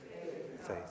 faith